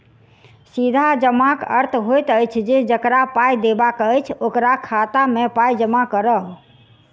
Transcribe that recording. सीधा जमाक अर्थ होइत अछि जे जकरा पाइ देबाक अछि, ओकरा खाता मे पाइ जमा करब